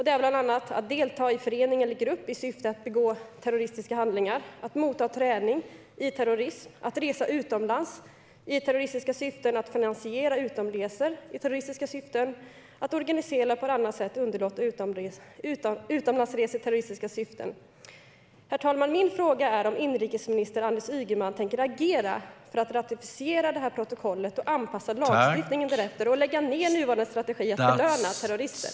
Det är bland annat att delta i en förening eller grupp i syfte att begå terroristiska handlingar, att motta träning i terrorism, att resa utomlands i terroristiska syften, att finansiera utlandsresor i terroristiska syften och att organisera eller på annat sätt underlätta utlandsresor i terroristiska syften. Herr talman! Min fråga är om inrikesminister Anders Ygeman tänker agera för att ratificera det här protokollet och anpassa lagstiftningen därefter och lägga ned nuvarande strategi att belöna terrorister.